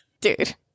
Dude